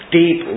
deep